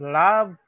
love